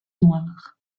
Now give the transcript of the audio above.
noire